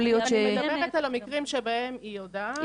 אני מדברת על המקרים שבהם היא יודעת,